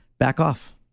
back off.